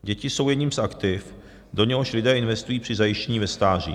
Děti jsou jedním z aktiv, do něhož lidé investují při zajištění ve stáří.